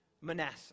Manasseh